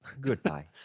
Goodbye